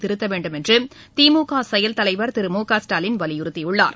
திருத்தவேண்டும் என்று திமுக செயல் தலைவர் திரு மு க ஸ்டாலின் வலியுறுத்தியுள்ளார்